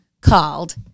called